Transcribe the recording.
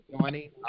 joining